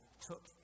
took